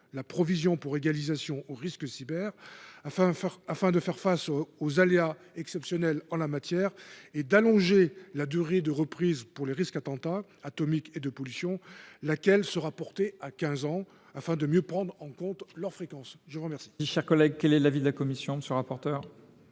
la provision pour égalisation aux risques cyber, afin de faire face aux aléas exceptionnels en la matière et d’allonger la durée de reprise pour les risques attentat, atomique et de pollution, laquelle sera portée à quinze ans, pour mieux prendre en compte leur fréquence. Quel